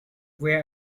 where